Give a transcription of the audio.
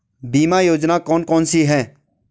बीमा योजना कौन कौनसी हैं?